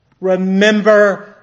Remember